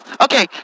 Okay